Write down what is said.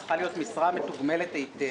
זאת צריכה להיות משרה מתוגמלת היטב.